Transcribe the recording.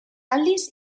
aldiz